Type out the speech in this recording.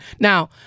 Now